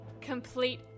complete